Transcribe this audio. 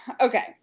okay